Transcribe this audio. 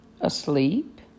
Asleep